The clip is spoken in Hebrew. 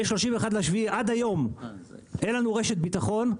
מה-31.7 ועד היום אין לנו רשת ביטחון.